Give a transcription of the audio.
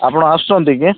ଆପଣ ଆସୁଛନ୍ତି କି